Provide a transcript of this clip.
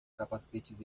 capacetes